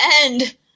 end